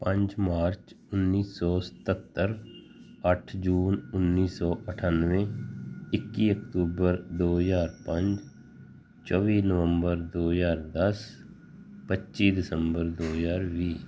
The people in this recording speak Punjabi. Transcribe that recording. ਪੰਜ ਮਾਰਚ ਉੱਨੀ ਸੌ ਸਤੱਤਰ ਅੱਠ ਜੂਨ ਉੱਨੀ ਸੌ ਅਠਾਨਵੇਂ ਇੱਕੀ ਅਕਤੂਬਰ ਦੋ ਹਜ਼ਾਰ ਪੰਜ ਚੌਵੀ ਨਵੰਬਰ ਦੋ ਹਜ਼ਾਰ ਦਸ ਪੱਚੀ ਦਸੰਬਰ ਦੋ ਹਜ਼ਾਰ ਵੀਹ